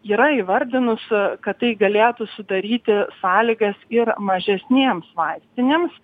yra įvardinus kad tai galėtų sudaryti sąlygas ir mažesnėms vaistinėms